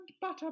butter